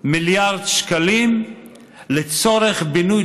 לקחת מיליארד שקלים לצורך בינוי,